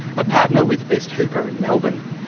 a partner with best hooper, in melbourne.